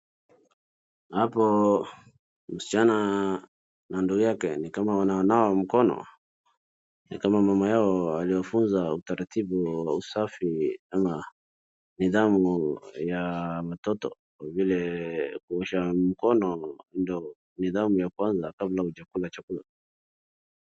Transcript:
Hapo mschana na ndugu yake ni kama wananawa mkono, ni kama mama yao aliwafunza utaratibu wa usafi ama nidhamu ya watoto kwa vile kuosha mkono ndo nidhamu ya kwanza kabla hujakula chakula.